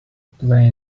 play